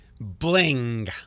Bling